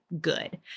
good